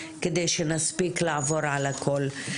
כדי שנספיק לעבור על הכל.